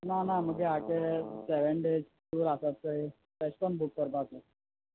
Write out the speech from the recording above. ना ना म्हगे हाचेर सेवेन डेज टूर आसोता चोय तेशकोन बूक कोरपाचें